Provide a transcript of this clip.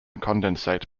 condensate